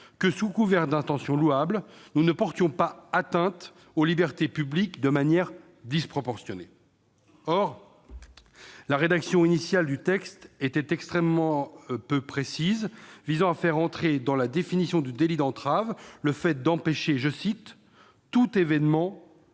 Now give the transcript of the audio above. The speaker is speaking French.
que, sous couvert d'intentions louables, nous ne portions pas atteinte aux libertés publiques de manière disproportionnée. Or la rédaction initiale du texte était extrêmement peu précise, visant à faire entrer dans la définition du délit d'entrave le fait d'empêcher « tout évènement